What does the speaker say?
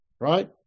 right